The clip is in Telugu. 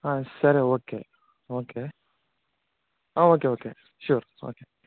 సరే okay okay okay okay sure okay